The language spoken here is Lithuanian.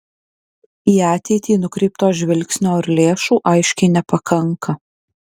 į ateitį nukreipto žvilgsnio ir lėšų aiškiai nepakanka